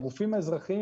הגופים האזרחיים,